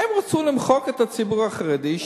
הן רצו למחוק את הציבור החרדי,